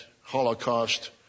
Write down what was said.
Holocaust